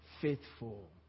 faithful